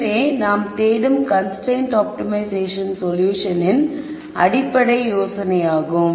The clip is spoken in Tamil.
இதுவே நாம் தேடும் கன்ஸ்ரைன்ட் ஆப்டிமைஷேசன் சொல்யூஷனின் அடிப்படை யோசனையாகும்